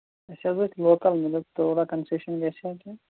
أسۍ حظ وٲتۍ لوکل مےٚ دوٚپ تھوڑا کَنسیشَن گژھِ ہے کیٚنہہ